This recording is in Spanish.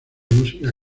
música